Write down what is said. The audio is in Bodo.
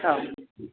औ